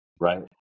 right